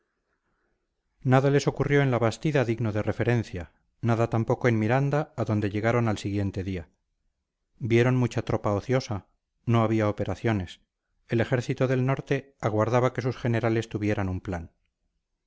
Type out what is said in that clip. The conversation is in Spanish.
idos nada les ocurrió en la bastida digno de referencia nada tampoco en miranda a donde llegaron al siguiente día vieron mucha tropa ociosa no había operaciones el ejército del norte aguardaba que sus generales tuvieran un plan